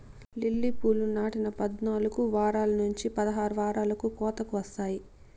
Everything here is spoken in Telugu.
లిల్లీ పూలు నాటిన పద్నాలుకు వారాల నుంచి పదహారు వారాలకు కోతకు వస్తాయి